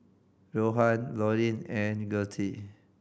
Rohan Loren and Gertie